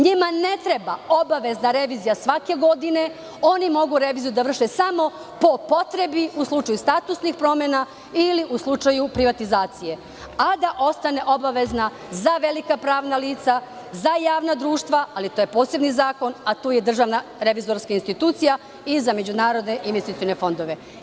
Njima ne treba obavezna revizija svake godine, oni mogu reviziju da vrše samo po potrebi u slučaju statusnih promena ili u slučaju privatizacije, a da ostane obavezna za velika pravna lica, za javna društva ali tu je poseban zakon i tu je DRI i za međunarodne investicione fondove.